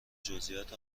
جزئیات